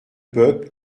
peuple